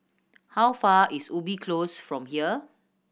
how far is Ubi Close from here